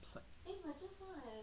this site